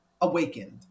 awakened